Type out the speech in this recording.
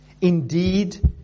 Indeed